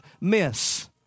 miss